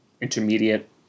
intermediate